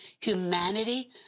humanity